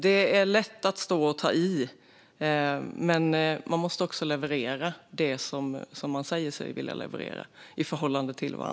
Det är lätt att ta i, men man måste också leverera det man säger sig vilja leverera.